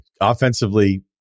Offensively